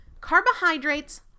carbohydrates